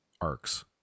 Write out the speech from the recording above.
arcs